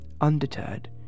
Undeterred